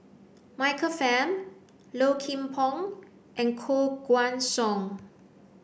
Michael Fam Low Kim Pong and Koh Guan Song